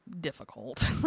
difficult